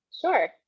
sure